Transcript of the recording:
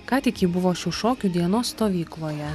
ką tik ji buvo šių šokių dienos stovykloje